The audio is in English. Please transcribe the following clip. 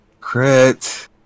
Crit